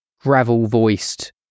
gravel-voiced